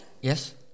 Yes